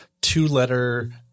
two-letter